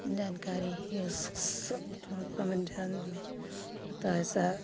जानकारी यह स तो ऐसे